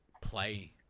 play